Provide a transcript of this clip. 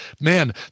man